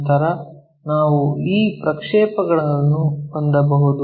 ನಂತರ ನಾವು ಈ ಪ್ರಕ್ಷೇಪಗಳನ್ನು ಹೊಂದಬಹುದು